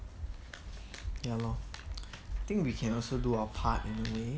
ya lor think we can also do our part anyway